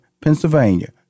Pennsylvania